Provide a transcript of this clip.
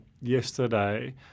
yesterday